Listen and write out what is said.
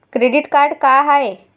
Credit card का हाय?